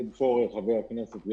חבר הכנסת עודד פורר,